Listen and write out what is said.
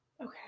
Okay